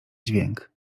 dźwięk